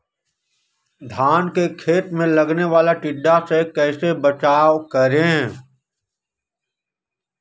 धान के खेत मे लगने वाले टिड्डा से कैसे बचाओ करें?